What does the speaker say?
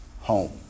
home